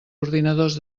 ordinadors